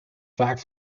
vaak